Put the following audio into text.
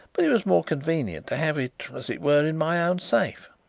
but it was more convenient to have it, as it were, in my own safe,